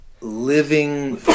living